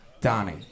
Donnie